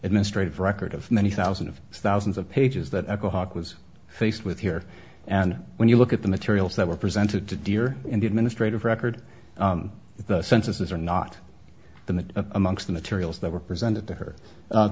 administrative record of many thousand of thousands of pages that alcoholic was faced with here and when you look at the materials that were presented to deer in the administrative record the census is or not the amongst the materials that were presented to her